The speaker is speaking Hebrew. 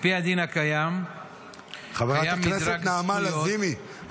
חברת הכנסת נעמה לזימי,